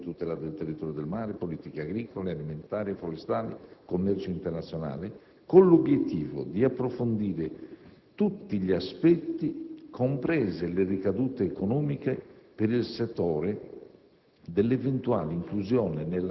interessati (affari esteri, ambiente e tutela del territorio e del mare, politiche agricole, alimentari e forestali, commercio internazionale) con l'obiettivo di approfondire tutti gli aspetti, comprese le ricadute economiche per il settore,